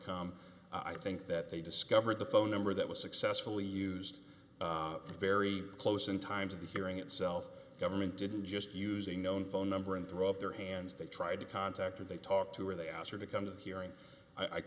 come i think that they discovered the phone number that was successfully used very close in times of the hearing itself government didn't just using known phone number and threw up their hands they tried to contact or they talked to or they asked her to come to the hearing i